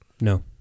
No